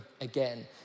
again